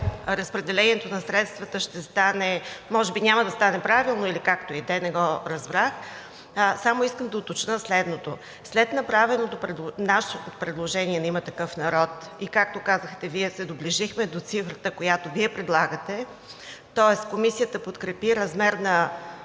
разпределението на средствата може би няма да стане правилно – или, както и да е, не го разбрах – само искам да уточня следното – след направеното предложение на „Има такъв народ“, както казахте Вие, се доближихме до цифрата, която Вие предлагате, тоест Комисията подкрепи размер на